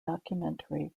documentary